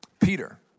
Peter